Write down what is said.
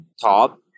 top